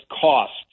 costs